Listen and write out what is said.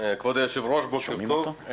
כבוד היושב-ראש, בוקר טוב.